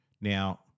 Now